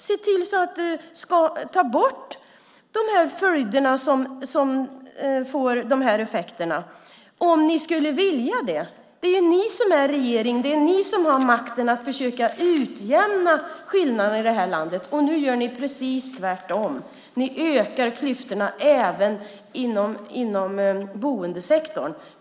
Se till att ta bort det som ger de här effekterna - om ni skulle vilja det! Det är ju ni som är regeringen. Det är ni som har makten att försöka utjämna skillnaderna i det här landet, och nu gör ni precis tvärtom. Ni ökar klyftorna även inom boendesektorn.